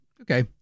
okay